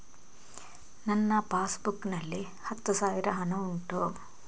ನನ್ನ passbook ನಲ್ಲಿ ಎಷ್ಟು ಹಣ ಉಂಟು?